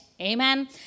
Amen